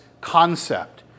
concept